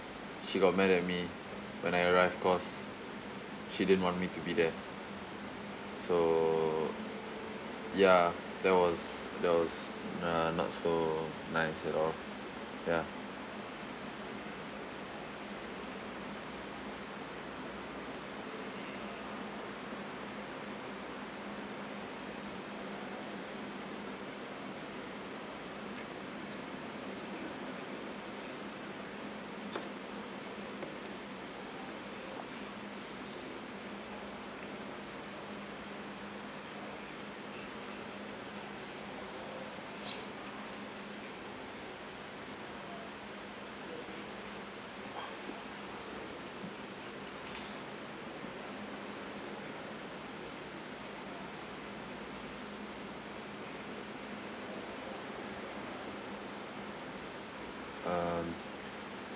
she got mad at me when I arrive cause she didn't want me to be there so ya that was that was uh not so nice at all ya um